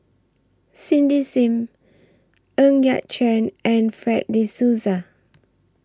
Cindy SIM Ng Yat Chuan and Fred De Souza